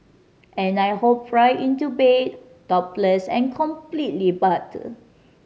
and I hop right into bed topless and completely buttered